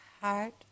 heart